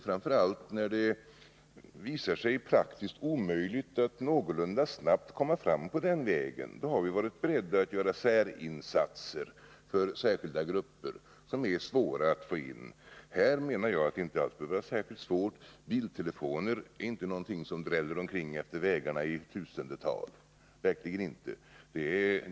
Framför allt när det visar sig praktiskt omöjigt att någorlunda snabbt komma fram på den vägen har vi varit beredda att göra särinsatser för särskilda grupper som det annars skulle vara svårt att få in. Här anser jag att det inte behöver vara särskilt svårt. Biltelefoner är verkligen inte någonting som dräller omkring utefter vägarna i tusendetal.